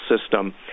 system